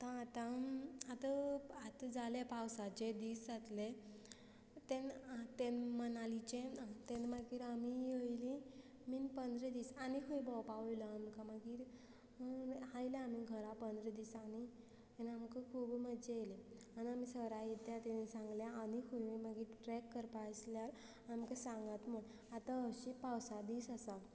आतां आतां आतां आतां जाले पावसाचे दीस जातले तेन्ना तेन्ना मनालीचे आं तेन्ना मागीर आमी येयली बीन पंदरा दीस आनी खंय भोंवपा वोयलो आमकां मागीर आयले आमी घरा पंदरा दिसांनी आमकां खूब मजा येयली आनी आमी सरां येतात तेणी सांगले आनी खूंय मागीर ट्रॅक करपा आसल्यार आमकां सांगात म्हण आतां अशीं पावसा दीस आसा